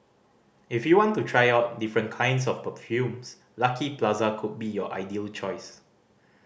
if you want to try out different kinds of perfumes Lucky Plaza could be your ideal choice